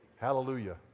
Hallelujah